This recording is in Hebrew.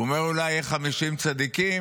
הוא אומר: אולי יהיו 50 צדיקים,